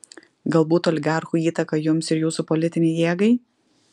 galbūt oligarchų įtaką jums ir jūsų politinei jėgai